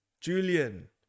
julian